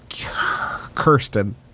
Kirsten